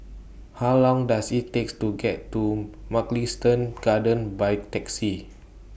How Long Does IT Take to get to Mugliston Gardens By Taxi